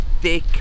thick